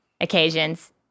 occasions